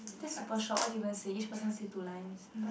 that's super short what do you even say each person say two lines